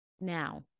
Now